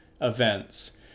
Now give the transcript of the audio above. events